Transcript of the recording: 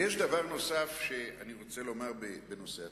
יש דבר נוסף שאני רוצה לומר בנושא התקציב.